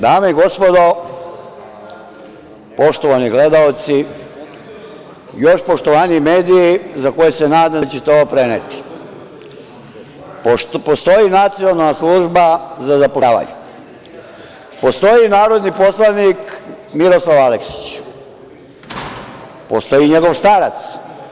Dame i gospodo poštovani gledaoci i još poštovaniji mediji za koje se nadam da ćete ovo preneti, postoji Nacionalna služba za zapošljavanje, postoji narodni poslanik Miroslav Aleksić, postoji i njegov starac.